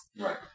Right